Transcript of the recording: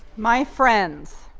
my friends,